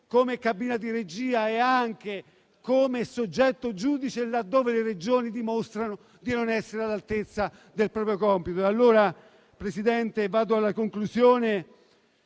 come cabina di regia e anche come soggetto giudice, laddove le Regioni dimostrano di non essere all'altezza del proprio compito. In conclusione,